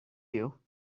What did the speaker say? you